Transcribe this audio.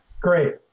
Great